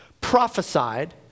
prophesied